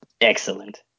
Excellent